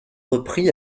repris